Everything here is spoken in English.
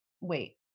wait